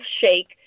shake